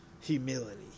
humility